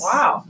Wow